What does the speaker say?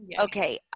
okay